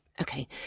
Okay